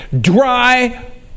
dry